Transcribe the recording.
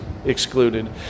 Excluded